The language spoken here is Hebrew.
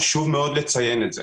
חשוב מאוד לציין את זה.